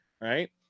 right